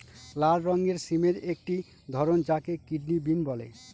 লাল রঙের সিমের একটি ধরন যাকে কিডনি বিন বলে